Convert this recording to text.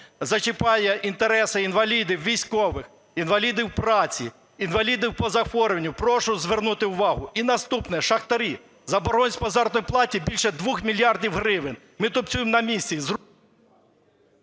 зачіпає інтереси інвалідів військових, інвалідів праці, інвалідів по захворюванню. Прошу звернути увагу. І наступне. Шахтарі. Заборгованість по заробітній платі більше 2 мільярдів гривень. Ми тупцюємо на місці…